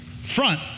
front